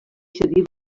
cedir